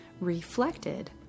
reflected